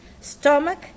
Stomach